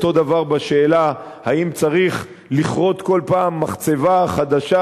ואותו דבר בשאלה אם צריך לכרות כל פעם מחצבה חדשה